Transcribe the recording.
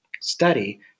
study